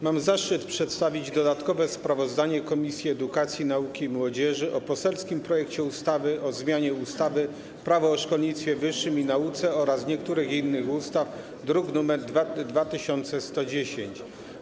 Mam zaszczyt przedstawić dodatkowe sprawozdanie Komisji Edukacji, Nauki i Młodzieży o poselskim projekcie ustawy o zmianie ustawy - Prawo o szkolnictwie wyższym i nauce oraz niektórych innych ustaw, druk nr 2110.